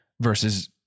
versus